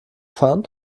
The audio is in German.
fahren